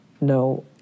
no